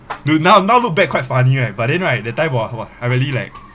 dude now now look back quite funny right but then right that time !wah! !wah! I really like